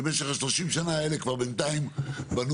שבמשך ה-30 שנה האלה כבר בינתיים בנו